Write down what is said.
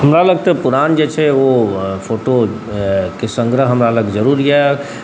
हमरा लग तऽ पुरान जे छै ओ फोटोके सङ्ग्रह हमरा लग जरूर अइ